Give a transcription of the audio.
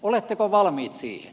oletteko valmiit siihen